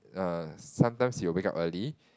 err sometimes he will wake up early